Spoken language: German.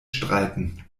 streiten